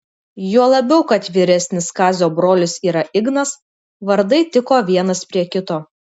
juo labiau kad vyresnis kazio brolis yra ignas vardai tiko vienas prie kito